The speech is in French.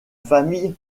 famille